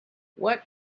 what